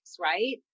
right